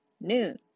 noon